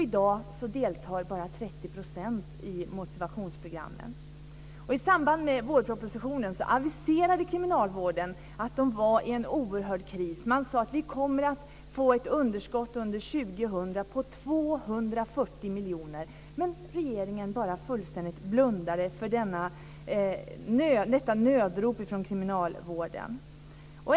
I dag deltar bara 30 % i motivationsprogrammen. I samband med vårpropositionen aviserade kriminalvården att man var i en oerhörd kris. Man sade: Vi kommer att få ett underskott under 2000 på 240 miljoner. Men regeringen fullständigt blundade för detta nödrop från kriminalvården.